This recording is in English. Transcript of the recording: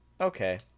Okay